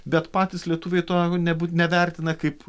bet patys lietuviai to nebūt nevertina kaip